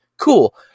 cool